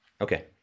Okay